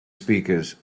speakers